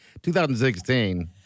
2016